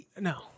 No